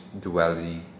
duality